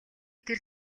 тэр